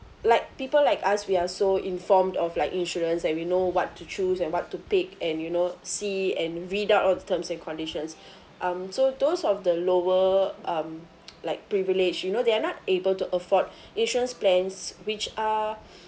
like people like us we are so informed of like insurance and we know what to choose and what to pick and you know see and read up all the terms and conditions um so those of the lower um like privilege you know they are not able to afford insurance plans which are